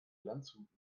landshut